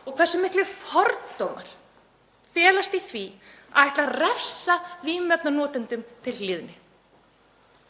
og hversu miklir fordómar felast í því að ætla að refsa vímuefnanotendur til hlýðni.